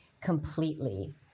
completely